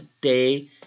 day